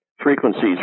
frequencies